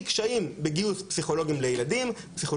יש קשיים בגיוס פסיכולוגים לילדים,